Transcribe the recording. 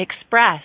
express